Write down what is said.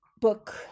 book